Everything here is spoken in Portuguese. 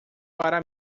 para